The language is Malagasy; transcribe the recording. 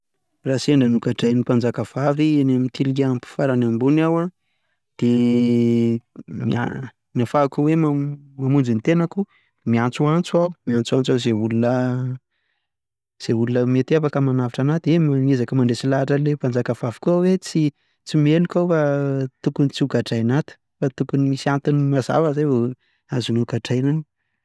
Raha sendra nogadrain'ny mpanjakavavy eny amin'ny tilikambo farany ambony aho an, dia ny ahafahako hoe mamonjy ny tenako, miantsoantso aho miantsoantso an'izay olona, izay olona mety hoe afaka manavitra an'ahy, dia mihezaka mandresy lahatra an'ilay mpanjakavavy koa aho hoe tsy meloka aho fa tokony tsy hogadraina ato, tokony misy antony mazava izay vao gadrainao aho.